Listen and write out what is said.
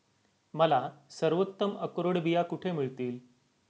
मला सर्वोत्तम अक्रोड बिया कुठे मिळतील